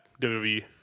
WWE